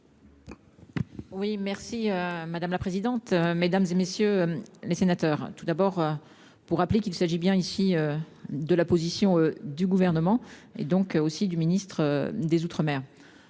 Oui merci madame la présidente, mesdames et messieurs les sénateurs. Tout d'abord pour rappeler qu'il s'agit bien ici de la position du gouvernement et donc aussi du ministre des Outre-mer,